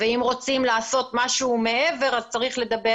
ואם רוצים לעשות משהו מעבר אז צריך לדבר